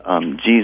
Jesus